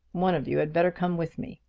one of you had better come with me.